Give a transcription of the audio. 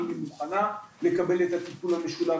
האם היא מוכנה לקבל את הטיפול המשולב.